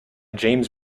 james